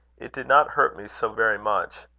it did not hurt me so very much.